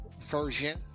version